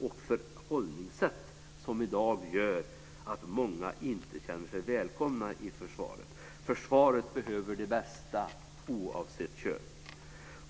och förhållningssätt som i dag gör att många inte känner sig välkomna i försvaret. Försvaret behöver de bästa, oavsett kön.